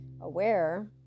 aware